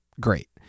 great